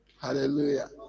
hallelujah